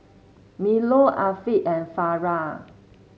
Melur Afiq and Farah